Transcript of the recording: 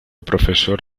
profesor